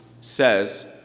says